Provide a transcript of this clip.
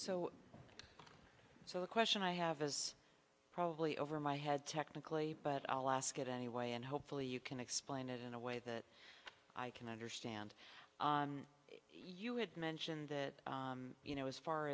so so the question i have is probably over my head technically but i'll ask it anyway and hopefully you can explain it in a way that i can understand you had mentioned that you know as